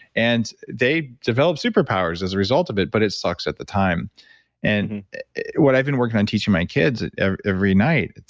and they develop superpowers as a result of it, but it sucks at the time and what i've been working on teaching my kids every night,